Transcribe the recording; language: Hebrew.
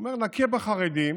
הוא אומר: נכה בחרדים